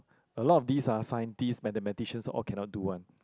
a lot of these ah Scientist Mathematicians all cannot do [one]